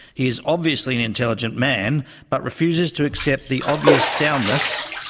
he is obviously an intelligent man but refuses to accept the obvious soundness